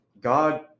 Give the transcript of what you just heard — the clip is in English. God